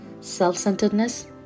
self-centeredness